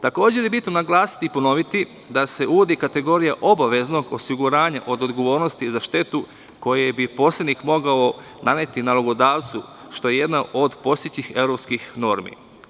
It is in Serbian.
Takođe je bitno naglasiti i ponoviti da se uvodi kategorija obaveznog osiguranja od odgovornosti za štetu koju bi posrednik mogao naneti nalogodavcu što jedna od postojećih evropskih normi.